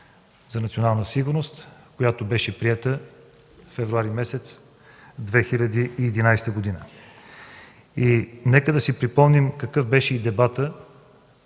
за национална сигурност, която беше приета февруари месец 2011 г. Нека си припомним какъв беше дебатът